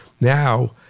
Now